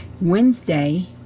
Wednesday